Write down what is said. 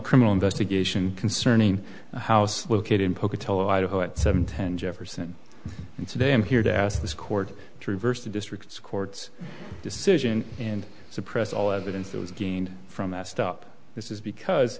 criminal investigation concerning house located in pocatello idaho at seven ten jefferson and today i'm here to ask this court to reverse the district's court's decision and suppress all evidence that was gained from a stop this is because